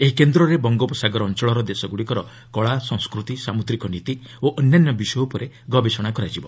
ଏହି କେନ୍ଦ୍ରରେ ବଙ୍ଗୋପସାଗର ଅଞ୍ଚଳର ଦେଶଗୁଡ଼ିକର କଳା ସଂସ୍କୃତି ସାମୁଦ୍ରିକ ନୀତି ଓ ଅନ୍ୟାନ୍ୟ ବିଷୟ ଉପରେ ଗବେଷଣା କରାଯିବ